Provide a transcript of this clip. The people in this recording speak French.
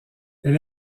elle